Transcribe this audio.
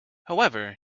however